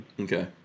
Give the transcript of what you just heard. Okay